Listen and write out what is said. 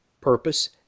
purpose